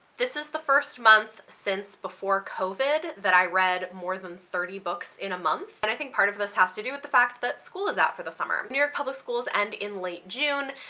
this is the first month since before covid that i read more than thirty books in a month and i think part of this has to do with the fact that school is out for the summer. new york public schools end in late june,